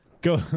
Go